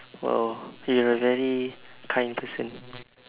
!wow! you a very kind person